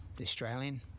Australian